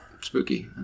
Spooky